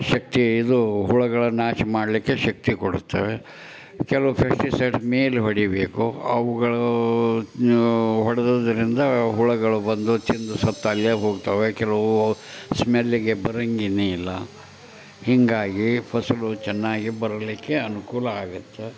ಶಕ್ತಿ ಇದು ಹುಳುಗಳ ನಾಶ ಮಾಡಲಿಕ್ಕೆ ಶಕ್ತಿ ಕೊಡುತ್ತವೆ ಕೆಲವು ಫೆಸ್ಟಿಸೈಡ್ಸ್ ಮೇಲೆ ಹೊಡೀಬೇಕು ಅವುಗಳು ನು ಹೊಡ್ದಿದ್ರಿಂದ ಹುಳುಗಳು ಬಂದು ತಿಂದು ಸತ್ತು ಅಲ್ಲೇ ಹೋಗ್ತವೆ ಕೆಲವು ಸ್ಮೆಲ್ಲಿಗೆ ಬರಂಗೆ ಇಲ್ಲ ಹೀಗಾಗಿ ಫಸಲು ಚೆನ್ನಾಗಿ ಬರಲಿಕ್ಕೆ ಅನುಕೂಲ ಆಗುತ್ತೆ